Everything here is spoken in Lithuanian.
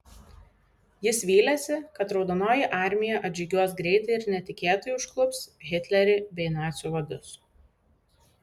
jis vylėsi kad raudonoji armija atžygiuos greitai ir netikėtai užklups hitlerį bei nacių vadus